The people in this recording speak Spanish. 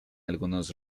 algunos